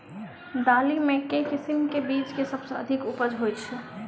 दालि मे केँ किसिम केँ बीज केँ सबसँ अधिक उपज होए छै?